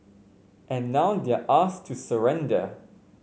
and now they're asked to surrender